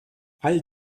all